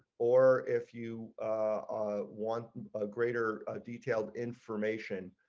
or if you want a greater detail information